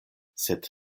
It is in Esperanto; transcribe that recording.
sed